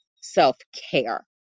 self-care